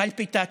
פלפיטציות,